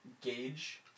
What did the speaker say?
gauge